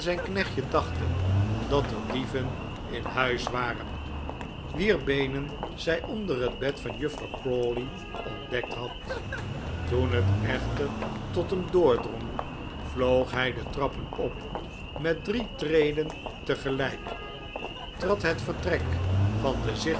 knechtje dachten dat er dieven in huis waren wier beenen zij onder het bed van juffrouw crawley ontdekt had toen het echter tot hem doordrong vloog hij de trappen op met drie treden tegelijk trad het vertrek van den